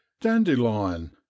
Dandelion